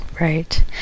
Right